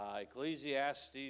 Ecclesiastes